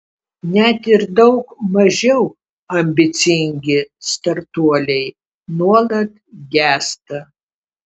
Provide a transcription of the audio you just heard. net ir daug mažiau ambicingi startuoliai nuolat gęsta